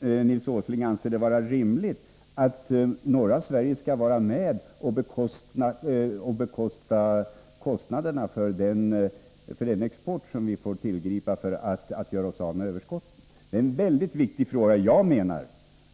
Nils Åsling tycks ju anse att det är rimligt att norra Sverige skall vara med och bestrida kostnaderna för den export som vi måste tillgripa för att bli av med överskottet. Detta är en mycket viktig fråga. Jag menar